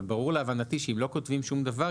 אבל להבנתי ברור שאם לא כותבים שום דבר,